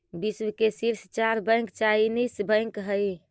विश्व के शीर्ष चार बैंक चाइनीस बैंक हइ